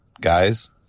guys